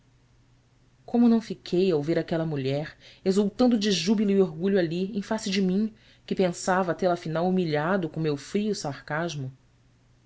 como não fiquei ao ver aquela mulher exultando de júbilo e orgulho ali em face de mim que pensava tê-la afinal humilhado com meu frio sarcasmo